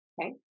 Okay